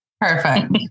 Perfect